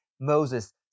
Moses